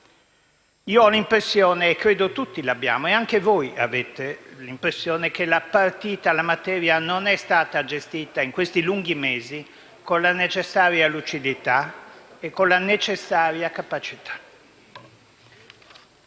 Io ho l'impressione, e credo tutti l'abbiamo e anche voi l'avete, che la materia non sia stata gestita in questi lunghi mesi con la necessaria lucidità e con la necessaria capacità.